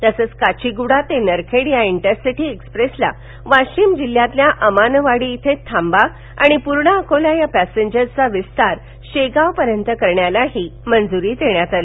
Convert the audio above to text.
तसंच काचीगुडा ते नरखेड या इंटरसिटी एक्सप्रेसला वाशिम जिल्ह्यातल्या अमानवाडी इथं थांबा आणि पूर्णा अकोला या पॅसेंजरचा विस्तार शेगांव पर्यंत करण्यालाही मंजूरी देण्यात आली